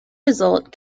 result